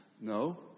no